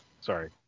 sorry